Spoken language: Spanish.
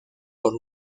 por